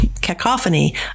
cacophony